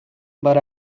but